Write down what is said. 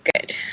good